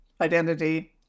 identity